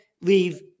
leave